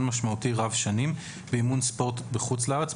משמעותי רב-שנים באימון ספורט בחוץ לארץ,